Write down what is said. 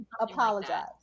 apologize